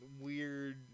weird